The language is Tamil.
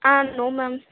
ah no ma'am